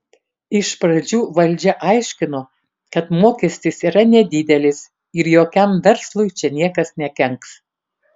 iš pradžių valdžia aiškino kad mokestis yra nedidelis ir jokiam verslui čia niekas nekenks